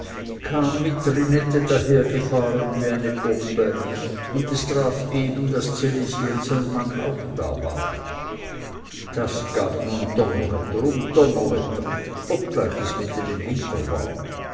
trinette dahergefahren wie eine bombe und traf es eben daß ds elisi und sein mann auch da waren das gab nun donnerwetter um donnerwetter obgleich es mitten im winter war